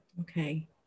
Okay